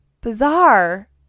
bizarre